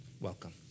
Welcome